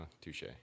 touche